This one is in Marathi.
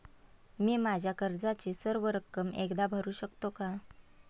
मी माझ्या कर्जाची सर्व रक्कम एकदा भरू शकतो का?